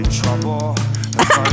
trouble